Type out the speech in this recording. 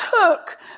took